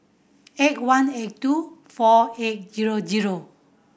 eight one eight two four eight zero zero